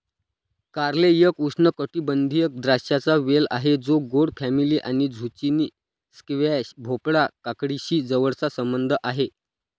कारले एक उष्णकटिबंधीय द्राक्षांचा वेल आहे जो गोड फॅमिली आणि झुचिनी, स्क्वॅश, भोपळा, काकडीशी जवळचा संबंध आहे